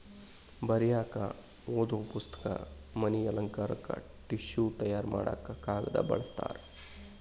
ಬರಿಯಾಕ ಓದು ಪುಸ್ತಕ, ಮನಿ ಅಲಂಕಾರಕ್ಕ ಟಿಷ್ಯು ತಯಾರ ಮಾಡಾಕ ಕಾಗದಾ ಬಳಸ್ತಾರ